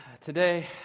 Today